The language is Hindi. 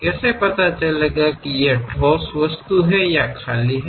कैसे पता चलेगा कि यह ठोस वस्तु है या खाली है